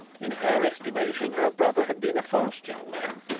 in her estimation her brother had been a fast young man,